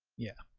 yeah,